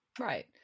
Right